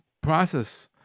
process